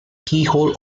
keyhole